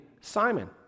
Simon